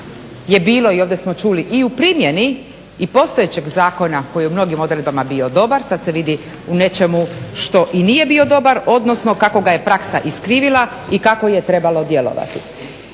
je bilo i ovdje smo čuli i u primjeni i postojećeg zakona koji je u mnogim odredbama bio dobar. Sada se vidi u nečemu što i nije bio dobar, odnosno kako ga je praksa iskrivila i kako je trebalo djelovati.